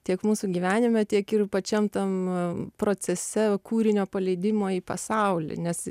tiek mūsų gyvenime tiek ir pačiam tam procese kūrinio paleidimo į pasaulį nes